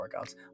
workouts